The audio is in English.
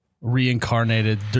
reincarnated